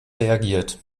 reagiert